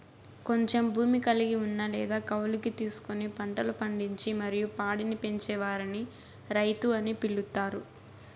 కొంచెం భూమి కలిగి ఉన్న లేదా కౌలుకు తీసుకొని పంటలు పండించి మరియు పాడిని పెంచే వారిని రైతు అని పిలుత్తారు